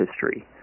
history